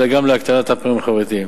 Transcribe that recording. אלא גם להקטנת פערים חברתיים.